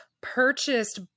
purchased